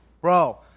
bro